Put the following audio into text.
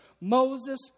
Moses